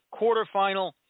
quarterfinal